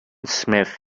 smith